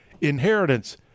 inheritance